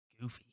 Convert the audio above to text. goofy